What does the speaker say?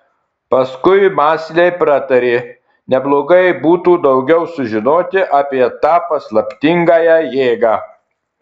paskui mąsliai pratarė neblogai būtų daugiau sužinoti apie tą paslaptingąją jėgą